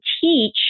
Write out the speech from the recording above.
teach